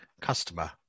customer